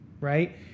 right